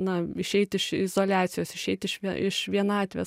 na išeit iš izoliacijos išeit iš vie iš vienatvės